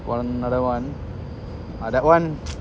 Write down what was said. one another one ah that one